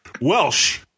Welsh